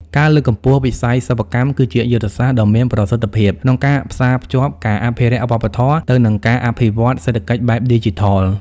ការលើកកម្ពស់វិស័យសិប្បកម្ម គឺជាយុទ្ធសាស្ត្រដ៏មានប្រសិទ្ធភាពក្នុងការផ្សារភ្ជាប់ការអភិរក្សវប្បធម៌ ទៅនឹងការអភិវឌ្ឍសេដ្ឋកិច្ចបែបឌីជីថល។